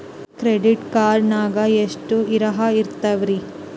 Credit card ನಾಗ ಎಷ್ಟು ತರಹ ಇರ್ತಾವ್ರಿ?